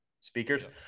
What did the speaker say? speakers